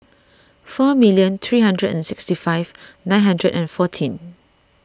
four million three hundred and sixty five nine hundred and fourteen